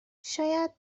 شاید